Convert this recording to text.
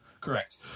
correct